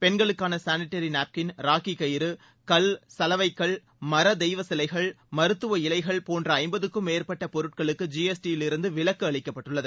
பெண்களுக்கான sanitary napkin rakhi கயிறு கல் சலவைக்கல் மர தெய்வ சிலைகள் மருத்துவ இலைகள் போன்ற ஐம்பதுக்கும் மேற்பட்ட பொருட்களுக்கு ஜி எஸ் டி யிலிருந்து விலக்கு அளிக்கப்பட்டுள்ளது